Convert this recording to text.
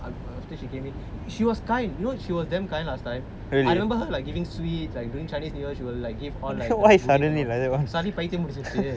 after she came in she was kind you know she was damn kind last time I really remember her like giving sweets like during chinese new year you will like give all like the goodies and all suddenly பைத்தியம் பிடிச்சிருச்சு:paithiyam pidichiruchu